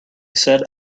said